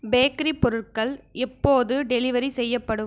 bakery பொருட்கள் எப்போது delivery செய்யப்படும்